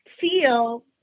feel